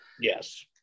Yes